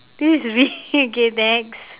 this is really okay next